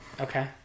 Okay